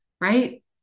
right